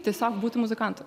tiesiog būti muzikantu